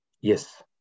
Yes